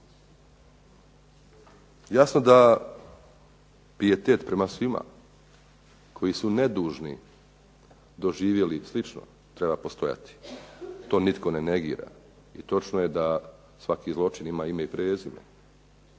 Jasno da pijetet prema svima koji su nedužni doživjeli slično treba postojati. To nitko ne negira i točno je da svaki zločin ima ime i prezime,